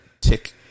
tick